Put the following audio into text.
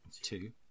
two